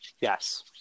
Yes